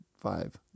Five